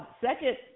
second